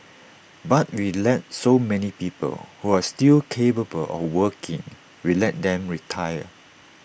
but we let so many people who are still capable of working we let them retire